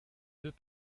deux